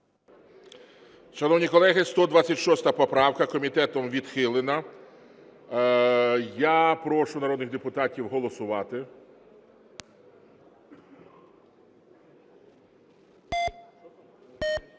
Колеги, 126 поправка, комітетом відхилена. Я прошу народних депутатів голосувати.